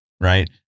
right